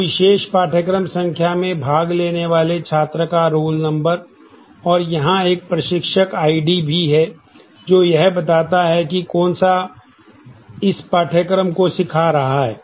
तो विशेष पाठ्यक्रम संख्या में भाग लेने वाले छात्र का रोल नंबर और यहां एक प्रशिक्षक ID भी है जो यह बताता है कि कौन इस पाठ्यक्रम को सिखा रहा है